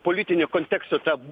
politinį kontekstą tą